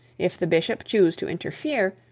if the bishop choose to interfere,